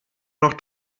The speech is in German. noch